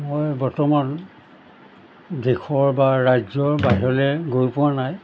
মই বৰ্তমান দেশৰ বা ৰাজ্যৰ বাহিৰলৈ গৈ পোৱা নাই